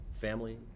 family